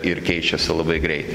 ir keičiasi labai greit